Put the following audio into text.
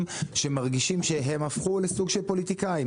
שמרגישים שהם הפכו לסוג של פוליטיקאים.